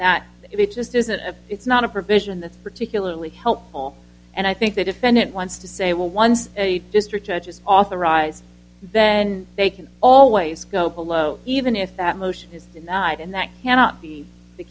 that it just isn't it's not a provision that particularly helpful and i think the defendant wants to say well once a district judge is authorized then they can always go below even if that motion is denied and that cannot be the